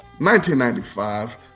1995